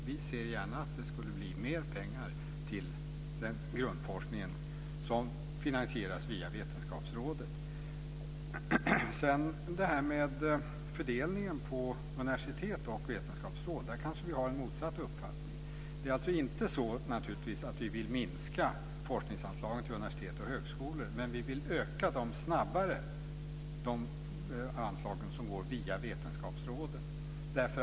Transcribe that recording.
Vi ser gärna att det skulle bli mer pengar till den grundforskning som finansieras via I frågan om fördelningen mellan universitet och vetenskapsråd har vi kanske en motsatt uppfattning. Det är naturligtvis inte så att vi vill minska forskningsanslagen till universitet och högskolor. Men vi vill öka de anslag som går via Vetenskapsrådet snabbare.